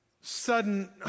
sudden